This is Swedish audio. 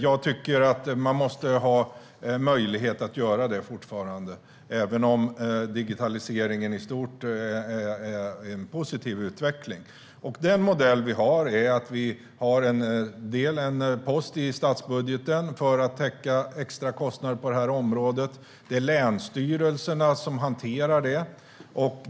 Jag tycker att man måste ha möjlighet att göra det fortfarande, även om digitaliseringen i stort är en positiv utveckling. Den modell vi har är att ha en post i statsbudgeten för att täcka extra kostnader på detta område. Det är länsstyrelserna som hanterar detta.